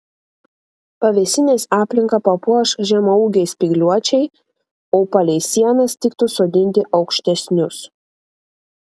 pavėsinės aplinką papuoš žemaūgiai spygliuočiai o palei sienas tiktų sodinti aukštesnius